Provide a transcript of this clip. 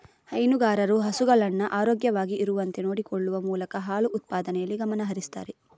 ಹೈನುಗಾರರು ಹಸುಗಳನ್ನ ಆರೋಗ್ಯವಾಗಿ ಇರುವಂತೆ ನೋಡಿಕೊಳ್ಳುವ ಮೂಲಕ ಹಾಲು ಉತ್ಪಾದನೆಯಲ್ಲಿ ಗಮನ ಹರಿಸ್ತಾರೆ